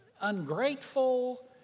ungrateful